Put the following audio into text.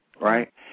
right